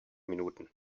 minuten